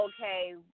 okay